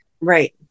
Right